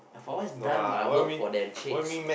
I've always done my work for them chicks